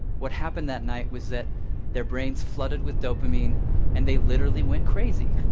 what happened that night was that their brains flooded with dopamine and they literally went crazy.